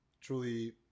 truly